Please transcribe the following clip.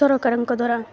ସରକାରଙ୍କ ଦ୍ୱାରା